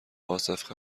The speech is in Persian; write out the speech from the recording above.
عاصف